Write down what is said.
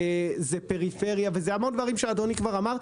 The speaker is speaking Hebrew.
זה פריפריה ועוד המון דברים שאדוני כבר אמר,